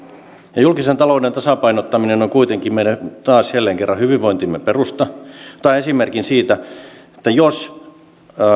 ja julkisen talouden tasapainottaminen on kuitenkin meidän taas jälleen kerran hyvinvointimme perusta otan esimerkin siitä jos